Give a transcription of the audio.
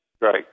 Right